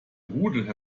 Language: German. rudel